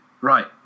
right